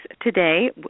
today